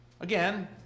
Again